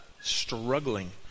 struggling